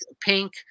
pink